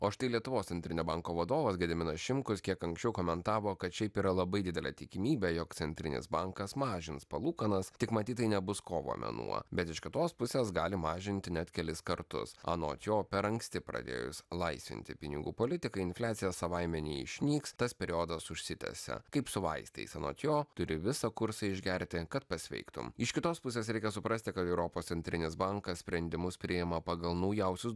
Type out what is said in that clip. o štai lietuvos centrinio banko vadovas gediminas šimkus kiek anksčiau komentavo kad šiaip yra labai didelė tikimybė jog centrinis bankas mažins palūkanas tik matyt tai nebus kovo mėnuo bet iš kitos pusės gali mažinti net kelis kartus anot jo per anksti pradėjus laisvinti pinigų politiką infliacija savaime neišnyks tas periodas užsitęsia kaip su vaistais anot jo turi visą kursą išgerti kad pasveiktum iš kitos pusės reikia suprasti kad europos centrinis bankas sprendimus priima pagal naujausius